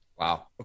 Wow